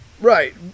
Right